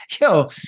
yo